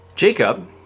Jacob